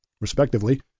respectively